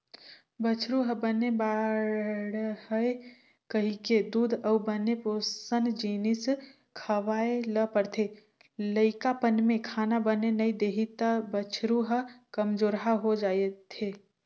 बछरु ह बने बाड़हय कहिके दूद अउ बने पोसन जिनिस खवाए ल परथे, लइकापन में खाना बने नइ देही त बछरू ह कमजोरहा हो जाएथे